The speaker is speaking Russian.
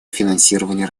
финансирования